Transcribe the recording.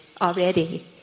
already